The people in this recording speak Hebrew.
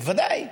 בוודאי.